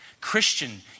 Christian